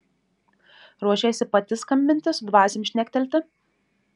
ruošiesi pati skambinti su dvasiom šnektelti